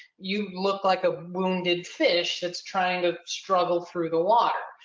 you look like a wounded fish that's trying to struggle through the water.